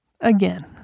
again